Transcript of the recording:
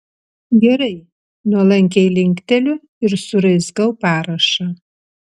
gerai nuolankiai linkteliu ir suraizgau parašą